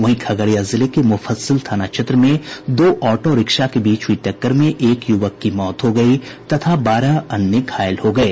वहीं खगड़िया जिले के मुफस्सिल थाना क्षेत्र में दो ऑटो रिक्शा के बीच टक्कर में एक युवक की मौत हो गयी तथा बारह अन्य घायल हो गये